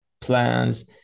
plans